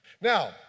Now